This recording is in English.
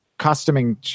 Costuming